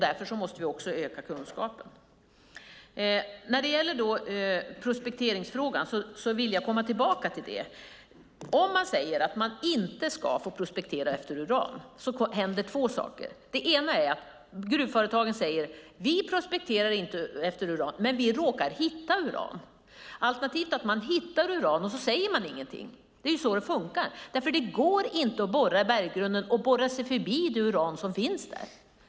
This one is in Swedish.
Därför måste vi öka kunskapen. Jag vill komma tillbaka till prospekteringsfrågan. Om det sägs att man inte ska få prospektera efter uran händer en av två saker. Det ena är att gruvföretagen säger: Vi prospekterar inte efter uran, men vi råkar hitta uran. Det andra är att de hittar uran men inte säger någonting. Det är så det funkar. Det går inte att borra i berggrunden och borra sig förbi det uran som finns där.